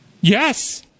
Yes